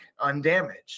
undamaged